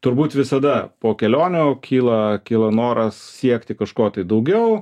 turbūt visada po kelionių kyla kyla noras siekti kažko tai daugiau